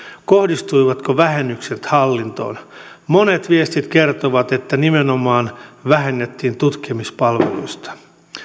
kohdistuivatko vähennykset hallintoon monet viestit kertovat että nimenomaan vähennettiin tutkimuspalveluista